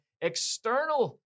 external